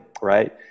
right